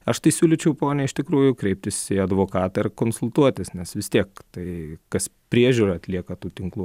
aš tai siūlyčiau ponia iš tikrųjų kreiptis į advokatą ir konsultuotis nes vis tiek tai kas priežiūrą atlieka tų tinklų